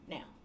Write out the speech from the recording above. Now